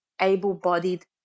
able-bodied